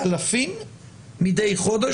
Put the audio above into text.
באלפים מידי חודש.